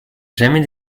jamais